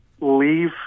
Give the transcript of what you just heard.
leave